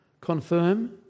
confirm